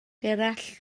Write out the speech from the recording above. gerallt